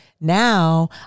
now